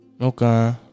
Okay